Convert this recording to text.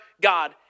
God